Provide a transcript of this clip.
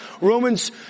Romans